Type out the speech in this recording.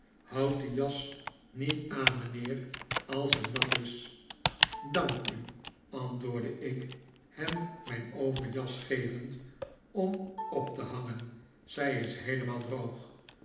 houd die jas niet aan mijnheer als ze nat is dank u antwoordde ik hem mijn overjas gevend om op te hangen zij is heelemaal droog